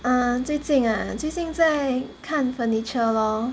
啊最近啊最近在看 furniture lor